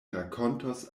rakontos